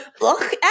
look